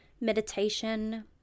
meditation